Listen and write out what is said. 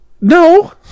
No